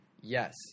Yes